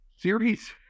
Series